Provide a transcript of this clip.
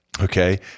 Okay